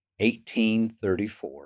1834